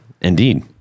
Indeed